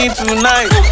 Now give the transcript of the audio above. tonight